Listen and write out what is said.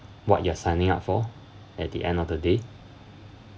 what you are signing up for at the end of the day